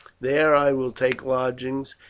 there i will take lodgings,